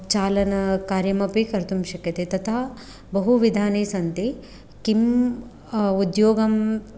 चालनकार्यमपि कर्तुं शक्यते तथा बहुविधानि सन्ति किम् उद्योगं